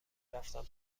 رفتن